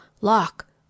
lock